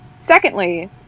Secondly